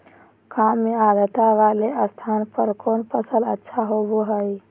काम आद्रता वाले स्थान पर कौन फसल अच्छा होबो हाई?